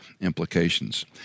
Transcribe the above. implications